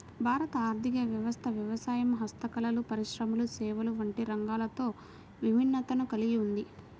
భారత ఆర్ధిక వ్యవస్థ వ్యవసాయం, హస్తకళలు, పరిశ్రమలు, సేవలు వంటి రంగాలతో విభిన్నతను కల్గి ఉంది